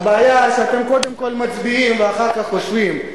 הבעיה היא שאתם קודם כול מצביעים ואחר כך חושבים.